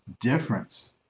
difference